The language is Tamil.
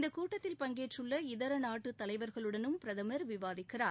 இந்த கூட்டத்தில் பங்கேற்றுள்ள இதர நாட்டு தலைவர்களுடனும் பிரதமர் விவாதிக்கிறார்